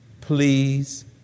please